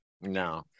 No